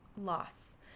loss